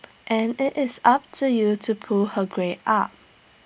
and IT is up to you to pull her grades up